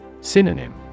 Synonym